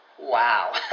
wow